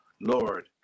Lord